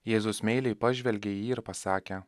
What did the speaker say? jėzus meiliai pažvelgė į jį ir pasakė